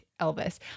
Elvis